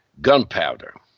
gunpowder